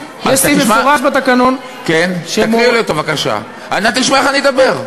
תשמע איך אני אדבר.